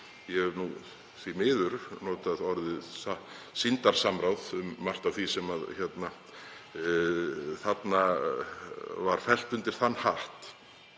ég hef nú því miður notað orðið sýndarsamráð um margt af því sem fellt var undir þann hatt